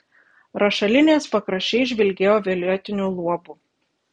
rašalinės pakraščiai žvilgėjo violetiniu luobu